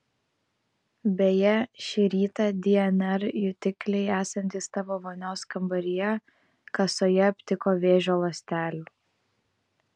beje šį rytą dnr jutikliai esantys tavo vonios kambaryje kasoje aptiko vėžio ląstelių